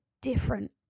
different